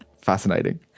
fascinating